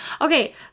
Okay